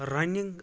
running